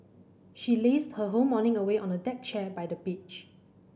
she lazed her whole morning away on a deck chair by the beach